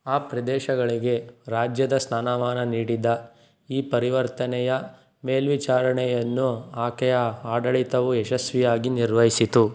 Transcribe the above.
ಆ ಪ್ರದೇಶಗಳಿಗೆ ರಾಜ್ಯದ ಸ್ಥಾನಮಾನ ನೀಡಿದ ಈ ಪರಿವರ್ತನೆಯ ಮೇಲ್ವಿಚಾರಣೆಯನ್ನು ಆಕೆಯ ಆಡಳಿತವು ಯಶಸ್ವಿಯಾಗಿ ನಿರ್ವಹಿಸಿತು